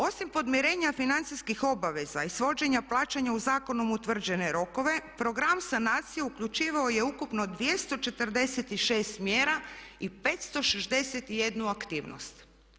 Osim podmirenja financijskih obaveza i svođenja plaćanja u zakonom utvrđene rokove, program sanacije uključivao je ukupno 246 mjera i 561 aktivnost.